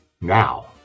Now